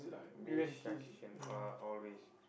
me shak kishan are always